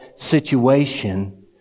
situation